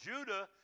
Judah